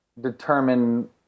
determine